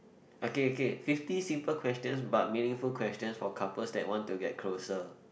okay okay fifty simple questions but meaningful questions for couples that want to get closer